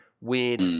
weird